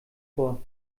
vor